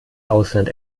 ausland